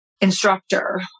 instructor